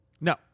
No